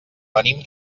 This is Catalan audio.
venim